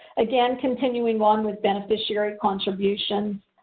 again, continuing on with beneficiary contributions,